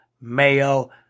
Mayo